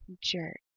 jerk